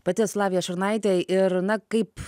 pati esu lavija šurnaitė ir na kaip